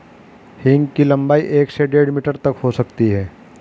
हींग की लंबाई एक से डेढ़ मीटर तक हो सकती है